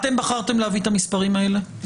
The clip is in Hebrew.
אתם בחרתם להביא את המספרים האלה,